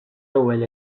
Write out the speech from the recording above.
ewwel